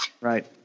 Right